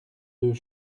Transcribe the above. deux